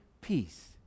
peace